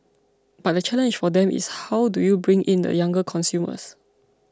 but the challenge for them is how do you bring in the younger consumers